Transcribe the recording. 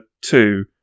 two